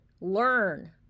learn